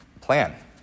plan